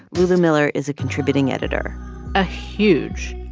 lulu miller is a contributing editor a huge,